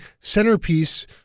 centerpiece